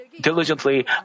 diligently